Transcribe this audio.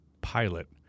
pilot